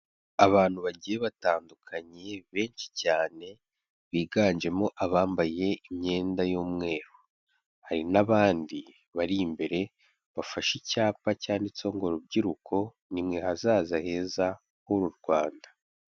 Abantu bagiye batandukanye benshi cyane biganjemo abambaye imyenda y'umweru, hari n'abandi bari imbere bafashe icyapa cyanditseho ngo rubyiruko ni mwe hazaza heza h'uru Rwanda.